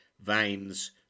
veins